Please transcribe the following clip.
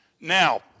Now